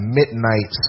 midnight